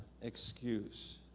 excuse